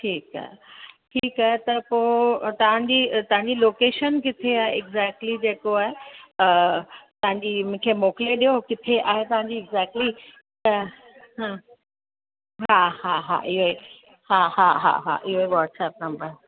ठीकु आहे ठीकु आहे त पोइ तव्हांजी तव्हांजी लोकेशन आहे एक्जेक्टली जेको आहे तव्हांजी मूंखे मोकिले ॾियो किथे आहे तव्हांजी एक्जेक्टली त हा हा हा हा इहो ई हा हा हा हा इहो ई वाट्सअप नंबर